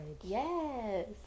Yes